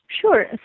Sure